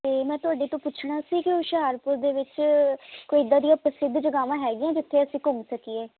ਤੇ ਮੈਂ ਤੁਹਾਡੇ ਪੁਛਣਾ ਸੀ ਕੀ ਹੁਸ਼ਿਆਰਪੁਰ ਦੇ ਵਿੱਚ ਕੋਈ ਇੱਦਾਂ ਦੀਆਂ ਪ੍ਰਸਿੱਧ ਜਗ੍ਹਾ ਜਗਾਵਾਂ ਹੈਗੀਆਂ ਜਿੱਥੇ ਅਸੀਂ ਘੁੰਮ ਸਕੀਏ